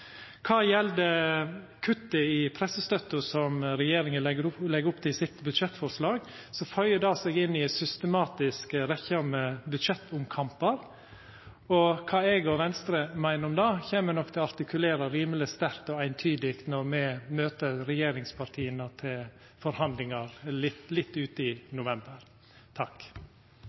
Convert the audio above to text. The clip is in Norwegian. Kva gjeld kuttet i pressestøtta som regjeringa legg opp til i sitt budsjettforslag, føyer det seg inn i ei systematisk rekkje med budsjettomkampar. Og kva eg og Venstre meiner om det, kjem me nok til å artikulera rimeleg sterkt og eintydig når me møter regjeringspartia til forhandlingar litt